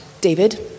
David